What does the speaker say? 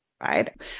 right